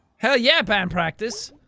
hell yeah, band practice.